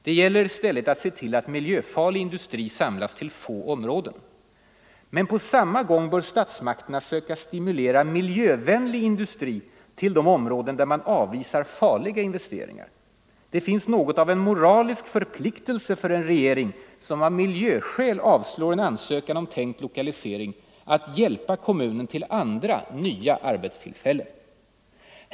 Det gäller i stället att se till att miljöfarlig industri samlas till få områden. --- Men på samma gång bör statsmakterna söka stimulera miljövänlig industri till de områden där man avvisar farliga investeringar. Det finns något av en moralisk förpliktelse för en regering, som av miljöskäl avslår en ansökan om tänkt lokalisering, att hjälpa kommunen till andra, nya 139 arbetstillfällen.